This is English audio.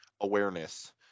awareness